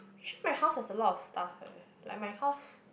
actually my house has a lot of stuff leh like my house